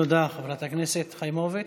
תודה, חברת הכנסת חיימוביץ'.